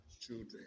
children